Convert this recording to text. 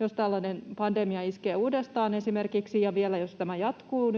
jos tällainen pandemia esimerkiksi iskee uudestaan ja jos tämä nyt vielä jatkuu.